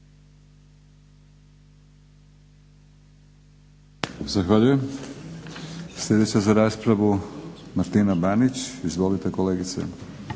Zahvaljujem. Sljedeća za raspravu Martina Banić. Izvolite kolegice.